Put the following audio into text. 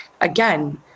again